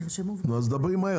דברי מהר.